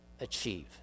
achieve